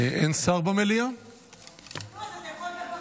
אז אתה יכול לדבר חופשי.